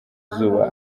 izuba